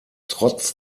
trotz